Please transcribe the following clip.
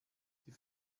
die